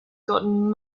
gotten